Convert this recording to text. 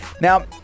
Now